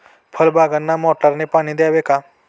फळबागांना मोटारने पाणी द्यावे का?